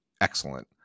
excellent